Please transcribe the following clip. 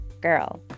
girl